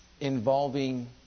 involving